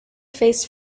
face